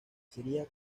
sería